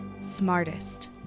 Smartest